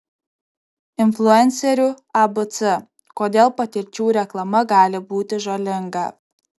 influencerių abc kodėl patirčių reklama gali būti žalinga